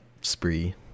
spree